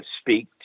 speak